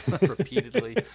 repeatedly